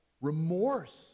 remorse